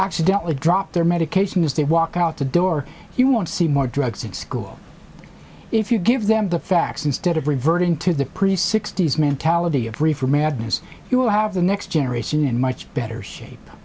accidentally drop their medication as they walk out the door you want to see more drugs in school if you give them the facts instead of reverting to the pretty sixty's mentality of reefer madness you will have the next generation in much better shape